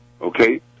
okay